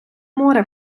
море